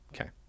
Okay